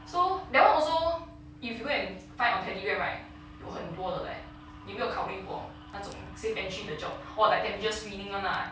so that one also if you go and find on telegram right 有很多的 leh 你有没有考虑过那种 safe entry 的 job or like temperature screening [one] lah